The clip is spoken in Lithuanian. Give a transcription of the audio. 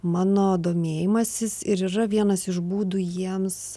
mano domėjimasis ir yra vienas iš būdų jiems